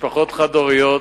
משפחות חד-הוריות.